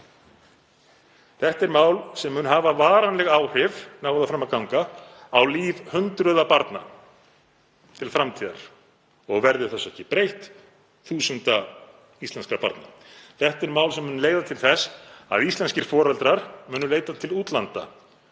Þetta er mál sem mun hafa varanleg áhrif, nái það fram að ganga, á líf hundruð barna til framtíðar og verði þessu ekki breytt, þúsunda íslenskra barna. Þetta er mál sem mun leiða til þess að íslenskir foreldrar munu leita til útlanda